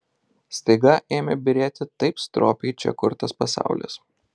staiga ėmė byrėti taip stropiai čia kurtas pasaulis